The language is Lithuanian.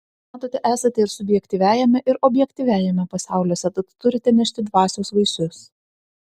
matote esate ir subjektyviajame ir objektyviajame pasauliuose tad turite nešti dvasios vaisius